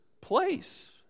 place